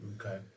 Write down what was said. Okay